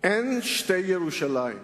"אין שתי ירושלים.